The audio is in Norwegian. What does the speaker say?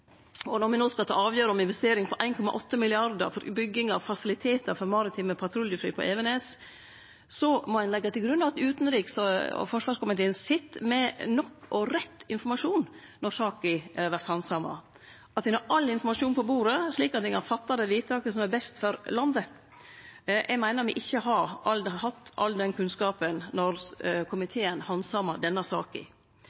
år. Når me no skal ta avgjerd om ei investering på 1,8 mrd. kr for bygging av fasilitetar for maritime patruljefly på Evenes, må ein leggje til grunn at utanriks- og forsvarskomiteen sit med nok og rett informasjon når saka vert handsama, at ein har all informasjon på bordet, slik at ein kan gjere det vedtaket som er best for landet. Eg meiner me ikkje hadde all den kunnskapen